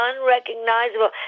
unrecognizable